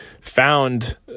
found